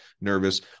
nervous